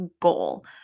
goal